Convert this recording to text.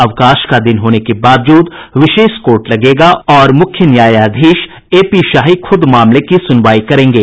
अवकाश का दिन होने के बावजूद विशेष कोर्ट लगेगा और मुख्य न्यायाधीश ए पी शाही खूद मामले की सुनवाई करेंगे